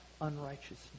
unrighteousness